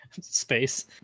Space